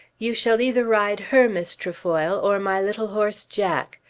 you shall either ride her, miss trefoil, or my little horse jack.